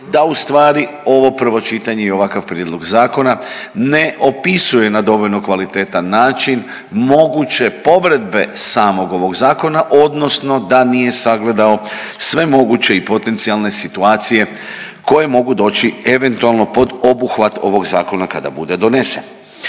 da ustvari ovo prvo čitanje i ovakav prijedlog zakona ne opisuje na dovoljno kvalitetan način moguće … samog ovog zakona odnosno da nije sagledao sve moguće i potencijalne situacija koje mogu doći eventualno pod obuhvat ovog zakona kada bude donesen.